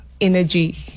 energy